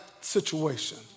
situation